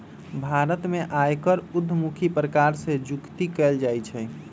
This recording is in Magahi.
भारत में आयकर उद्धमुखी प्रकार से जुकती कयल जाइ छइ